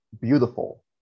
beautiful